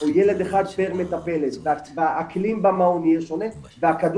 או ילד אחד פר מטפלת והאקלים במעון יהיה שונה והכדור